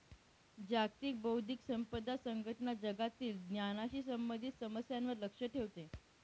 जागतिक बौद्धिक संपदा संघटना जगातील ज्ञानाशी संबंधित समस्यांवर लक्ष ठेवते